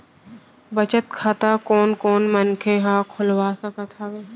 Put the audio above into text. बचत खाता कोन कोन मनखे ह खोलवा सकत हवे?